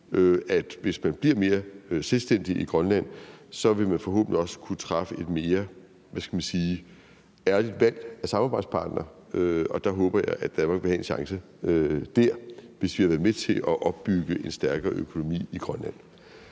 at hvis man bliver mere selvstændig i Grønland, vil man forhåbentlig også kunne træffe et mere, hvad skal man sige, ærligt valg af samarbejdspartner, og der håber jeg at Danmark vil have en chance, hvis vi har været med til at opbygge en stærkere økonomi i Grønland.